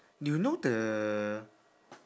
you know the